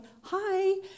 hi